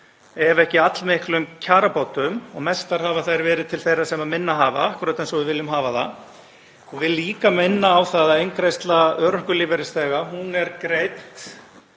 ef ekki allmiklum kjarabótum og mestar hafa þær verið til þeirra sem minna hafa, akkúrat eins og við viljum hafa það. Ég vil líka minna á það að eingreiðsla örorkulífeyrisþega er greidd